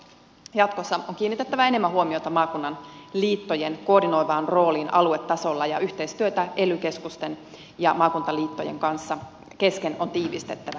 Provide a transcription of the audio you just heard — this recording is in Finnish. jatkossa on kiinnitettävä enemmän huomiota maakunnan liittojen koordinoivaan rooliin aluetasolla ja yhteistyötä ely keskusten ja maakuntaliittojen kesken on tiivistettävä